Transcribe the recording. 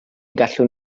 gallwn